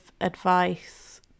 advice